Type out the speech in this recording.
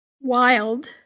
Wild